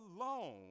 alone